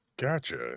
Gotcha